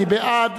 מי בעד?